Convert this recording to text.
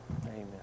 Amen